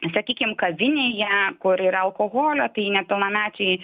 sakykime kavinėje kur yra alkoholio tai nepilnamečiai